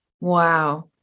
Wow